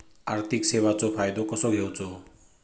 आर्थिक सेवाचो फायदो कसो घेवचो?